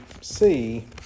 see